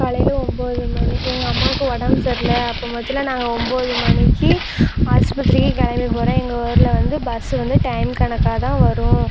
காலையில் ஒம்பது மணி எங்கள் அம்மாக்கு உடம்பு சரியில்ல அப்போசோல நாங்கள் ஒம்பது மணிக்கு ஆஸ்பத்திரிக்கு கிளம்பி போகிறேன் எங்கள் ஊரில் வந்து பஸ்ஸு வந்து டைம் கணக்காக தான் வரும்